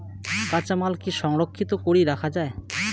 কাঁচামাল কি সংরক্ষিত করি রাখা যায়?